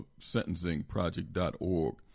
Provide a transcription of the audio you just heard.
Sentencingproject.org